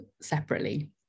separately